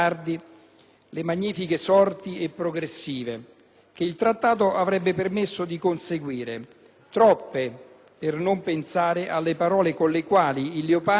le «magnifiche sorti e progressive» che il Trattato avrebbe permesso di conseguire, troppe per non pensare alle parole con le quali il Leopardi